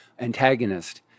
antagonist